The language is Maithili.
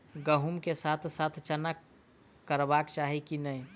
गहुम केँ साथ साथ चना करबाक चाहि की नै?